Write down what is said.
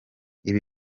ibi